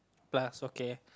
plus okay